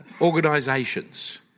organisations